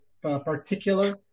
particular